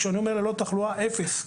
כשאני אומר ללא תחלואה אפס.